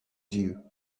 due